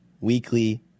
weekly